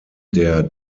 der